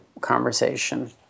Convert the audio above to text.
conversation